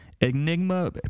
Enigma